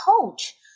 coach